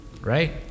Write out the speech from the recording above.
right